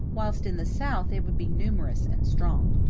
whilst in the south it would be numerous and strong.